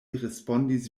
respondis